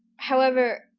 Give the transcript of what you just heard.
however,